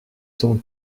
sont